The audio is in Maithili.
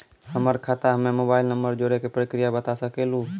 हमर खाता हम्मे मोबाइल नंबर जोड़े के प्रक्रिया बता सकें लू?